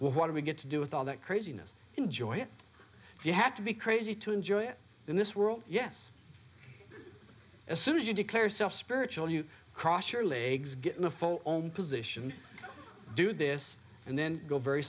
well what do we get to do with all that craziness enjoy you have to be crazy to enjoy it in this world yes as soon as you declare yourself spiritual you cross your legs get in a full position do this and then go very